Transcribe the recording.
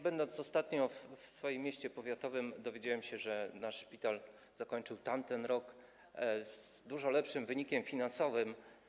Będąc ostatnio w swoim mieście powiatowym, dowiedziałem się, że nasz szpital zakończył tamten rok z dużo lepszym wynikiem finansowym.